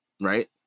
Right